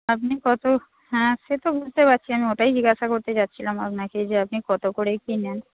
আপনি কত হ্যাঁ সে তো বুঝতে পারছি আমি ওটাই জিজ্ঞাসা করতে যাচ্ছিলাম আপনাকে যে আপনি কত করে কী নেন